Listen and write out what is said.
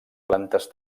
plantes